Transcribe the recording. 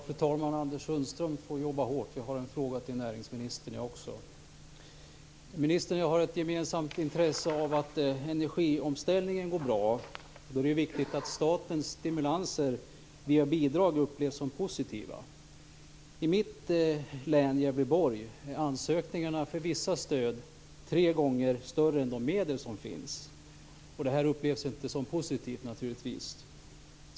Fru talman! Anders Sundström får jobba hårt. Jag har också en fråga till näringsministern. Ministern och jag har ett gemensamt intresse av att energiomställningen går bra. Då är det viktigt att statens stimulanser via bidrag upplevs som positiva. I mitt län, Gävleborg, är ansökningarna om vissa stöd tre gånger större än de medel som finns. Det upplevs naturligtvis inte som positivt.